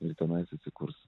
ir tenais įsikurs